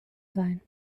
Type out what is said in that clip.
sein